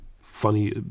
Funny